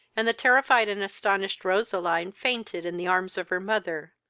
and the terrified and astonished roseline fainted in the arms of her mother,